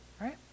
right